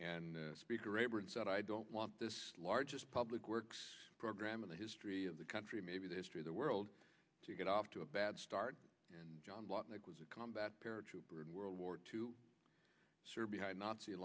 and speaker rayburn said i don't want this largest public works program in the history of the country maybe the history of the world to get off to a bad start and john locke was a combat paratrooper in world war two sir behind nazi